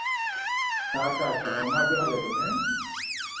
ᱟᱪᱪᱷᱟ ᱟᱪᱪᱷᱟ ᱦᱳ ᱢᱟ ᱡᱚᱦᱟᱨ ᱛᱚᱵᱮ ᱦᱮᱸ